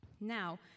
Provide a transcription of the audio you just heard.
Now